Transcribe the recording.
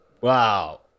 Wow